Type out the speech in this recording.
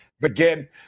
begin